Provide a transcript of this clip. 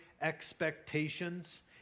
expectations